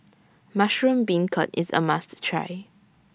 Mushroom Beancurd IS A must Try